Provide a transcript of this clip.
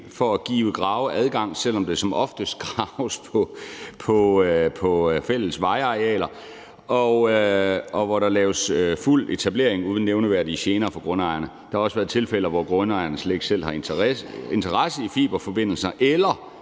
for at give graveadgang, selv om der som oftest graves på fælles vejarealer, hvor der laves fuld etablering uden nævneværdige gener for grundejerne. Der har også været tilfælde, hvor grundejerne slet ikke selv har interesse i fiberforbindelser, eller